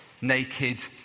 naked